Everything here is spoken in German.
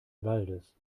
waldes